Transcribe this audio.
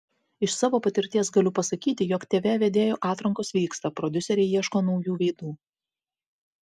iš savo patirties galiu pasakyti jog tv vedėjų atrankos vyksta prodiuseriai ieško naujų veidų